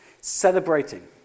celebrating